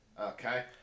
Okay